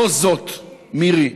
לא זאת הדרך, מירי.